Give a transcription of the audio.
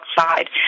outside